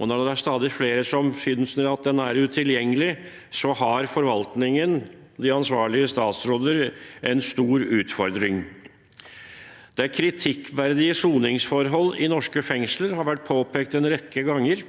Når det er stadig flere som synes den er utilgjengelig, har forvaltningen og de ansvarlige statsråder en stor utfordring. Kritikkverdige soningsforhold i norske fengsler har vært påpekt en rekke ganger,